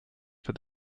for